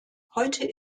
heute